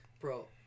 Bro